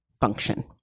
function